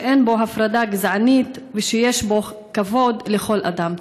שאין בו הפרדה גזענית ושיש בו כבוד לכל אדם.